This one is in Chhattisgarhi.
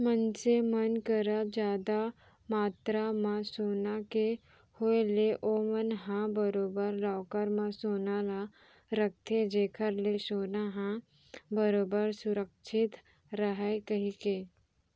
मनसे मन करा जादा मातरा म सोना के होय ले ओमन ह बरोबर लॉकर म सोना ल रखथे जेखर ले सोना ह बरोबर सुरक्छित रहय कहिके